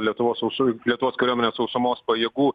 lietuvos sausųjų lietuvos kariuomenės sausumos pajėgų